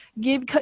give